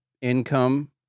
income